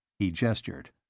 he gestured.